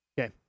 Okay